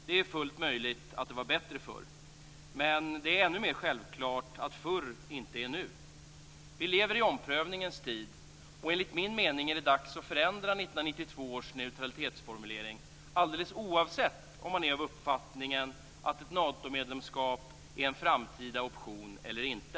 Det är fullt möjligt att det var bättre förr men ännu mer självklart är att förr inte är nu. Vi lever i omprövningens tid. Enligt min mening är det dags att förändra 1992 års neutralitetsformulering, alldeles oavsett om man är av uppfattningen att ett Natomedlemskap är en framtida option eller inte.